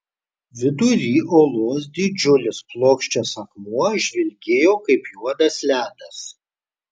vidury olos didžiulis plokščias akmuo žvilgėjo kaip juodas ledas